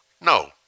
No